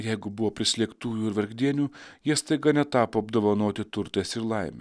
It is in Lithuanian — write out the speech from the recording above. jeigu buvo prislėgtųjų ir vargdienių jie staiga netapo apdovanoti turtais ir laime